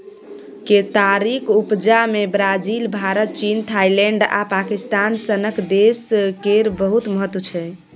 केतारीक उपजा मे ब्राजील, भारत, चीन, थाइलैंड आ पाकिस्तान सनक देश केर बहुत महत्व छै